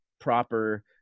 proper